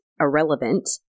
irrelevant